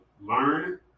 learn